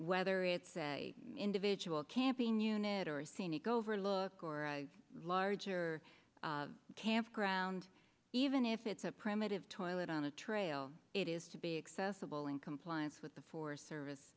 whether it's a individual camping unit or a scenic overlook or a larger campground even if it's a primitive toilet on a trail it is to be accessible in compliance with the forest service